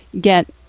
get